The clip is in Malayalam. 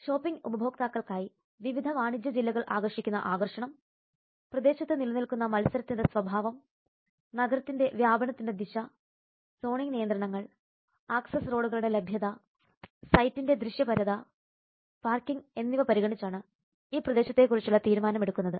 ഷോപ്പിംഗ് ഉപഭോക്താക്കൾക്കായി വിവിധ വാണിജ്യ ജില്ലകൾ ആകർഷിക്കുന്ന ആകർഷണം പ്രദേശത്ത് നിലനിൽക്കുന്ന മത്സരത്തിന്റെ സ്വഭാവം നഗരത്തിന്റെ വ്യാപനത്തിന്റെ ദിശ സോണിംഗ് നിയന്ത്രണങ്ങൾ ആക്സസ് റോഡുകളുടെ ലഭ്യത സൈറ്റിന്റെ ദൃശ്യപരത പാർക്കിംഗ് എന്നിവ പരിഗണിച്ചാണ് ഈ പ്രദേശത്തെക്കുറിച്ചുള്ള തീരുമാനം എടുക്കുന്നത്